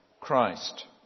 Christ